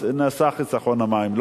אז נעשה חיסכון במים,